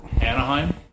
Anaheim